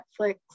Netflix